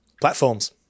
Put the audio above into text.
Platforms